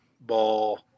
ball